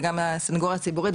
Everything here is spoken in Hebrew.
וגם הסנגוריה הציבורית,